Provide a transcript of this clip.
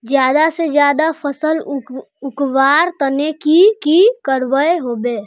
ज्यादा से ज्यादा फसल उगवार तने की की करबय होबे?